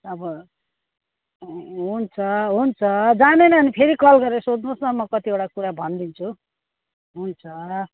अब हुन्छ हुन्छ जानेन भने फेरि कल गरेर सोध्नु होस् न म कतिवटा कुरा भनिदिन्छु हुन्छ